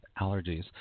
Allergies